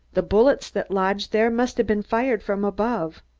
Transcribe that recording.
the bullets that lodged there must have been fired from above.